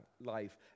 life